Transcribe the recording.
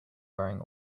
wearing